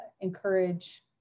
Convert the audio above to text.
encourage